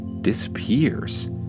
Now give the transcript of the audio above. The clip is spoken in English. disappears